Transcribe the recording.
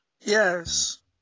Yes